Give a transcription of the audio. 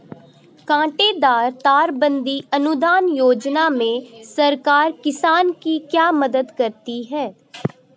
कांटेदार तार बंदी अनुदान योजना में सरकार किसान की क्या मदद करती है?